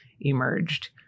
emerged